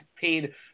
paid